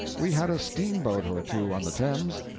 we had a steamboat or two on the thames,